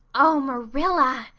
oh, marilla!